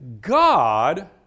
God